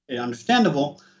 understandable